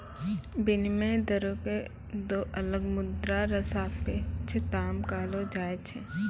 विनिमय दरो क दो अलग मुद्रा र सापेक्ष दाम कहलो जाय छै